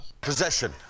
possession